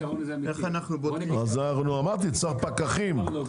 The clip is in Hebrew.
צריך פקחים.